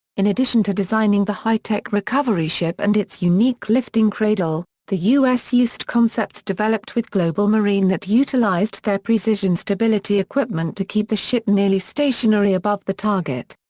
in addition to designing the high tech recovery ship and its unique lifting cradle, the u s. used concepts developed with global marine that utilized their precision stability equipment to keep the ship nearly stationary above the target.